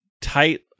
tight